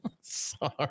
Sorry